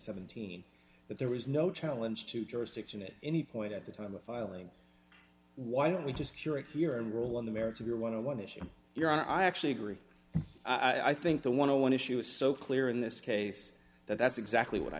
seventeen that there was no challenge to jurisdiction it any point at the time of filing why don't we just curate here and roll on the merits of your one on one issue your honor i actually agree i think the one on one issue is so clear in this case that that's exactly what i